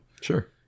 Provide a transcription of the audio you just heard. Sure